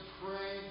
pray